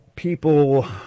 People